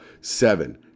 Seven